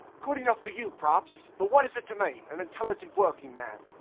good enough for you, props but wot is it to me, an intelligent workin man.